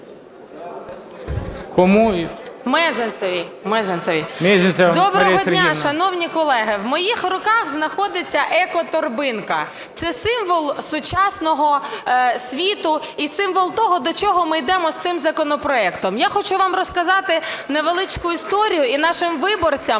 М.С. Доброго дня, шановні колеги! В моїх руках знаходиться еко-торбинка – це символ сучасного світу і символ того, до чого ми йдемо з цим законопроектом. Я хочу вам і нашим виборцям